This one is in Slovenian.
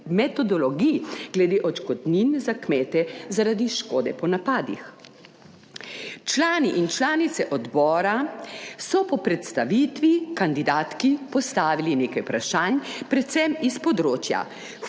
metodologij glede odškodnin za kmete zaradi škode po napadih. Člani in članice odbora so po predstavitvi kandidatki postavili nekaj vprašanj predvsem iz področja